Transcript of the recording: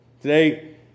Today